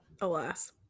alas